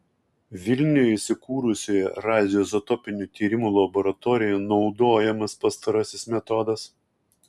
vilniuje įsikūrusioje radioizotopinių tyrimų laboratorijoje naudojamas pastarasis metodas